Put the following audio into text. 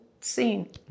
scene